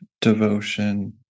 devotion